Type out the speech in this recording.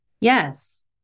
Yes